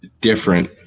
different